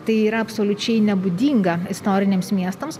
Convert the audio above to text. tai yra absoliučiai nebūdinga istoriniams miestams